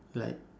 like